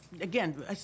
again